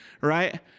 right